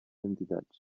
entitats